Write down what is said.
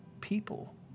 people